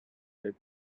that